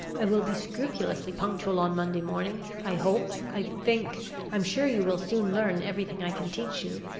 i will be scrupulously punctual on monday morning i hope i think i'm sure you will soon learn everything i can teach you.